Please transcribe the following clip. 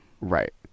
Right